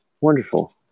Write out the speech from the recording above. Wonderful